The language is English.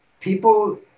people